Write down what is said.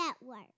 network